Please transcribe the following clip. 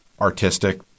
artistic